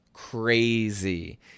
crazy